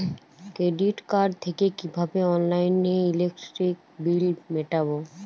Credit card থেকে কিভাবে অনলাইনে ইলেকট্রিক বিল মেটাবো?